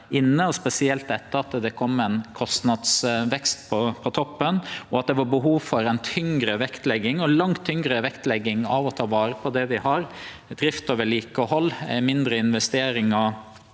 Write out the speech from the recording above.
spesielt etter at det kom ein kostnadsvekst på toppen. Det var behov for tyngre vektlegging, ei langt tyngre vektlegging, av å ta vare på det vi har, drift og vedlikehald, og det var mindre investeringar